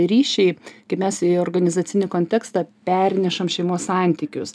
ryšiai kai mes į organizacinį kontekstą pernešam šeimos santykius